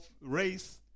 race